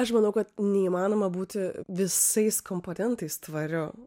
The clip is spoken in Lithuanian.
aš manau kad neįmanoma būti visais komponentais tvariu